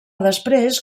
després